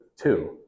two